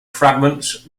fragments